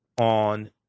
on